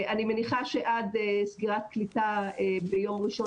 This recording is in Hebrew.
אני מניחה שעד סגירת קליטה ביום ראשון